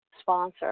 sponsor